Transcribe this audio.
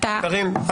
לא,